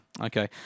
Okay